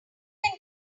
can